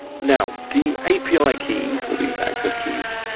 now the api like keys, or these access keys,